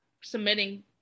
submitting